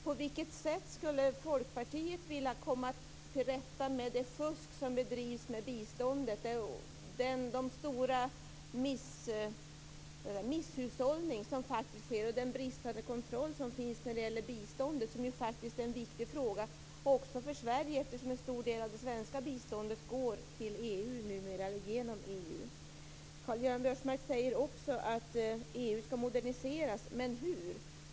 På vilket sätt skulle Folkpartiet vilja komma till rätta med det fusk som bedrivs med biståndet, den misshushållning som sker och den bristande kontrollen när det gäller biståndet? Det är ju en viktig fråga också för Sverige eftersom en stor del av det svenska biståndet går genom EU numera. Karl-Göran Biörsmark säger också att EU skall moderniseras. Hur?